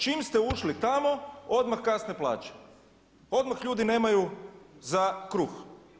Čim ste ušli tamo odmah kasne plaće, odmah ljudi nemaju za kruh.